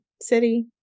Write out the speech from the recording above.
city